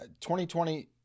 2020